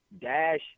Dash